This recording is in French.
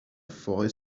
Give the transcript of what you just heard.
forêt